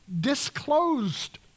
disclosed